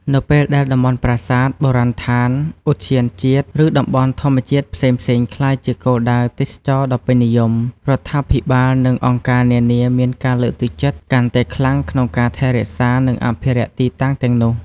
នៅពេលដែលតំបន់ប្រាសាទ បុរាណដ្ឋាន ឧទ្យានជាតិ ឬតំបន់ធម្មជាតិផ្សេងៗក្លាយជាគោលដៅទេសចរណ៍ដ៏ពេញនិយម រដ្ឋាភិបាល និងអង្គការនានាមានការលើកទឹកចិត្តកាន់តែខ្លាំងក្នុងការថែរក្សា និងអភិរក្សទីតាំងទាំងនោះ។